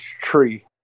tree